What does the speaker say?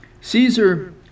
Caesar